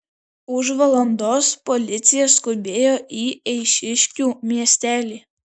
už valandos policija skubėjo į eišiškių miestelį